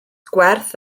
gwerth